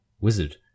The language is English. wizard